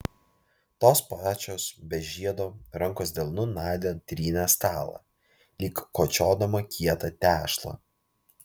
tos pačios be žiedo rankos delnu nadia trynė stalą lyg kočiodama kietą tešlą